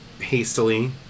hastily